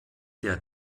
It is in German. der